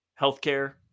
healthcare